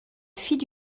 fille